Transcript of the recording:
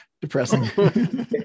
depressing